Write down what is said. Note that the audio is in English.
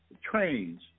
trains